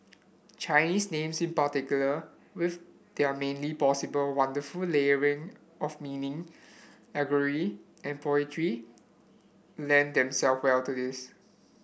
Chinese names in particular with their many possible wonderful of meaning allegory and poetry lend them self well to this